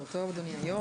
בוקר טוב, אדוני היו"ר.